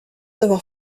d’avoir